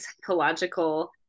psychological